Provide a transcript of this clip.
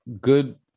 good